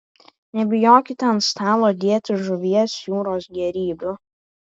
nebijokite ant stalo dėti žuvies jūros gėrybių